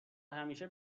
همیشه